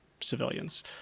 civilians